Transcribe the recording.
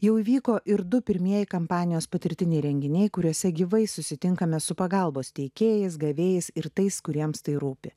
jau įvyko ir du pirmieji kampanijos patirtiniai renginiai kuriuose gyvai susitinkame su pagalbos teikėjais gavėjais ir tais kuriems tai rūpi